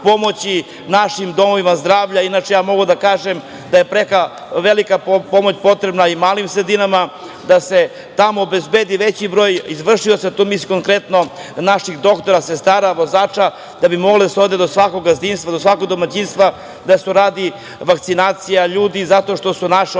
našim domovima zdravlja. Inače, ja mogu da kažem da je preko potrebna velika pomoć i malim sredinama, da se tamo obezbedi veći broj izvršioca, tu mislim konkretno naših doktora, sestara, vozača da bi moglo da se ode do svakog gazdinstva, do svakog domaćinstva da se uradi vakcinacija ljudi, zato što su naše